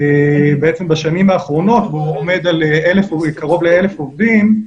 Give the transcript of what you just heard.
בעצם בשנים האחרונות והוא עומד על קרוב ל-1,000 עובדים,